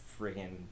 friggin